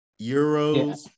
Euros